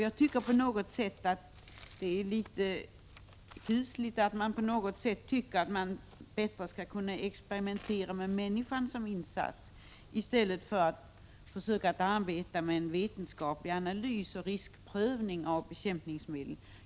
Jag tycker att det på något sätt är kusligt att man anser att det är bättre att experimentera med människor som insats i stället för att arbeta med vetenskaplig analys och prövning av riskerna med bekämpningsmedlen.